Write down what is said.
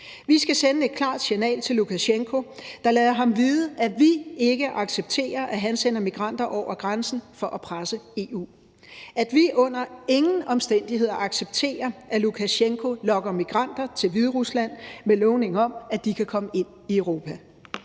Vi skal sende et klart signal til Lukasjenko, der lader ham vide, at vi ikke accepterer, at han sender migranter over grænsen for at presse EU, og at vi under ingen omstændigheder accepterer, at Lukasjenko lokker migranter til Hviderusland med lovning om, at de kan komme ind i Europa.